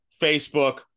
facebook